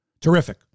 Terrific